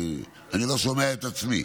אני לא שומע את עצמי,